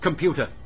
Computer